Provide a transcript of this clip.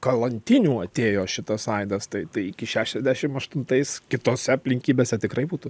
kalantinių atėjo šitas aidas tai tai iki šešiasdešim aštuntais kitose aplinkybėse tikrai būtų